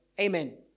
Amen